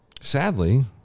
sadly